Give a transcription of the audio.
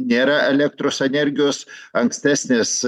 nėra elektros energijos ankstesnės